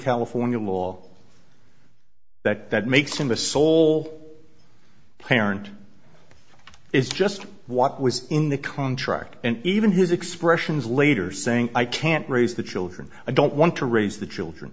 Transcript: california law that that makes him a sole parent is just what was in the contract and even his expressions later saying i can't raise the children i don't want to raise the children